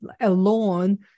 alone